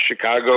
Chicago